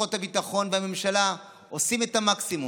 שכוחות הביטחון והממשלה עושים את המקסימום,